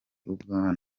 ubwana